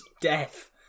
Death